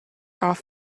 off